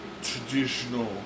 traditional